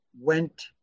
went